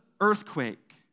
earthquake